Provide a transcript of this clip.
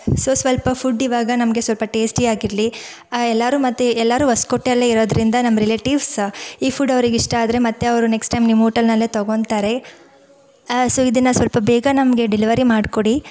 so ಸ್ವಲ್ಪ food ಇವಾಗ ನಮಗೆ ಸ್ವಲ್ಪ ಟೇಸ್ಟಿಯಾಗಿರಲಿ ಎಲ್ಲರೂ ಮತ್ತೆ ಎಲ್ಲರೂ ಹೊಸಕೋಟೆಯಲ್ಲೇ ಇರೋದರಿಂದ ನಮ್ಮ ರಿಲೇಟಿವ್ಸ ಈ ಫುಡ್ ಅವರಿಗಿಷ್ಟ ಆದರೆ ಮತ್ತೆ ಅವರು ನೆಕ್ಸ್ಟ್ ಟೈಮ್ ನಿಮ್ಮ ಓಟೆಲ್ನಲ್ಲೇ ತೊಗೊಳ್ತಾರೆ ಸೊ ಇದನ್ನು ಸ್ವಲ್ಪ ಬೇಗ ನಮಗೆ ಡೆಲಿವರಿ ಮಾಡ್ಕೊಡಿ